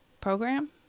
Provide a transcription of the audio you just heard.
program